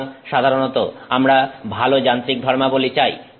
সুতরাং সাধারণত আমরা ভালো যান্ত্রিক ধর্মাবলি চাই